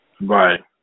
right